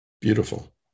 Beautiful